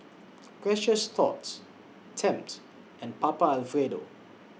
Precious Thots Tempt and Papa Alfredo